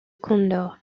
condor